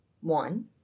one